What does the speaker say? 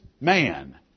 man